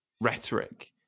rhetoric